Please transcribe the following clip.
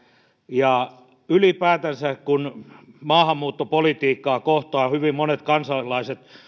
ja ylipäätänsä kun maahanmuuttopolitiikkaa kohtaan hyvin monet kansalaiset